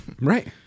right